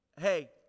Hey